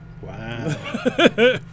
Wow